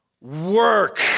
work